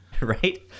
right